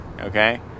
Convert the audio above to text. okay